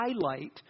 highlight